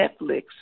Netflix